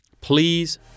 Please